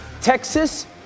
Texas